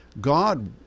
God